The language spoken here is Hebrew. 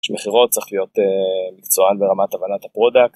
יש מכירות, צריך להיות מקצוען ברמת הבנת הפרודקט.